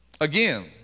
Again